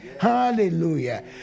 Hallelujah